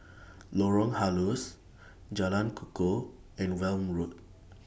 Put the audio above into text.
Lorong Halus Jalan Kukoh and Welm Road